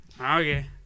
Okay